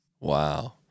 Wow